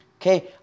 okay